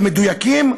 מדויקים,